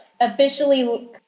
officially